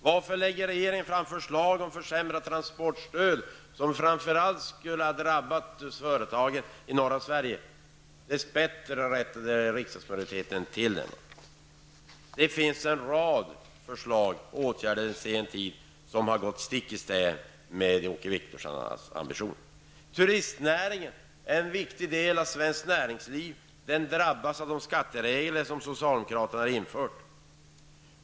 Varför lägger regeringen fram förslag om en försämring av transportstödet, vilket framför allt skulle drabba företagen i norra Sverige? Dess bättre rättade riksdagsmajoriteten till detta. Det har under senare tid lagts fram en rad förslag på åtgärder som gått stick i stäv mot Åke Wictorssons ambitioner. Turistnäringen är en viktig del av svenskt näringsliv, men denna drabbas av de skatteregler som socialdemokraterna har infört.